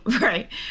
right